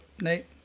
Nate